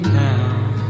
town